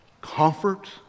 comfort